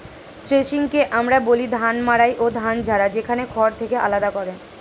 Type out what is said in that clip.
থ্রেশিংকে আমরা বলি ধান মাড়াই ও ধান ঝাড়া, যেখানে খড় থেকে আলাদা করে